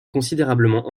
considérablement